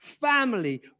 family